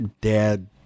dad